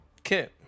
okay